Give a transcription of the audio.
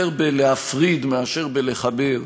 יותר בלהפריד מאשר בלחבר,